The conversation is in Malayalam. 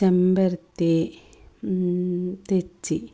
ചെമ്പരത്തി തെച്ചി